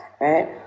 right